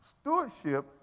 stewardship